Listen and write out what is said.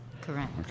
Correct